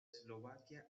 eslovaquia